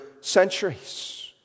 centuries